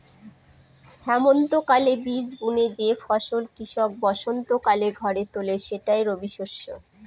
হেমন্তকালে বীজ বুনে যে ফসল কৃষক বসন্তকালে ঘরে তোলে সেটাই রবিশস্য